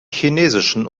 chinesischen